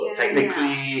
technically